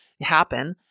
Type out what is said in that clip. happen